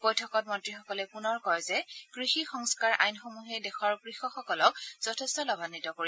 বৈঠকত মন্ত্ৰীসকলে পুনৰ কয় যে কৃষি সংস্থাৰ আইনসমূহে দেশৰ কৃষক সকলক যথেষ্ট লাভায়িত কৰিব